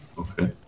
okay